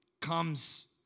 comes